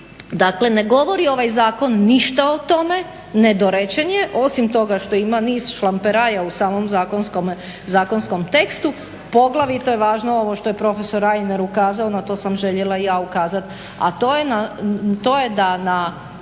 Dakle, ne govori ovaj zakon ništa o tome, nedorečen je. Osim toga što ima niz šlamperaja u samom zakonskom tekstu poglavito je važno ovo što je prof. Reiner ukazao. Na to sam željela i ja ukazati, a to je da na